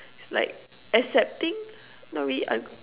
it's like accepting not really un~